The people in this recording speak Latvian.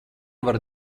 var